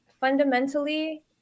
fundamentally